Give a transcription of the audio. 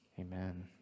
Amen